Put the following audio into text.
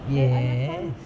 yes